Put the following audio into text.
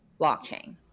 blockchain